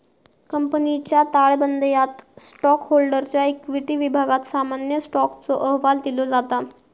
कंपनीच्या ताळेबंदयात स्टॉकहोल्डरच्या इक्विटी विभागात सामान्य स्टॉकचो अहवाल दिलो जाता